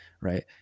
right